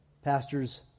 Pastors